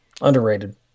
underrated